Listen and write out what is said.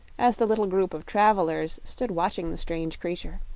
as the little group of travelers stood watching the strange creature.